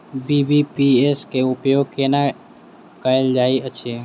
BBPS केँ उपयोग केना कएल जाइत अछि?